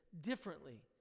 differently